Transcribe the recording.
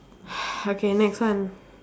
okay next one